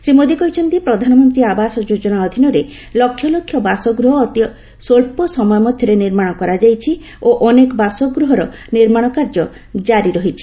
ଶ୍ରୀ ମୋଦି କହିଛନ୍ତି ପ୍ରଧାନମନ୍ତ୍ରୀ ଆବାସ ଯୋଜନା ଅଧୀନରେ ଲକ୍ଷ ଲକ୍ଷ ବାସଗୃହ ଅତି ସ୍ୱଚ୍ଚ ସମୟ ମଧ୍ୟରେ ନିର୍ମାଣ କରାଯାଇଛି ଓ ଅନେକ ବାସଗୃହର ନିର୍ମାଣ କାର୍ଯ୍ୟ କାରି ରହିଛି